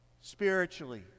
spiritually